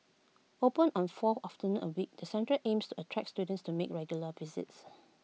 open on four afternoons A week the centre aims to attract students to make regular visits